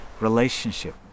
relationship